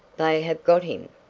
they have got him!